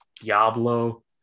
Diablo